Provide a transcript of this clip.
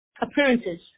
Appearances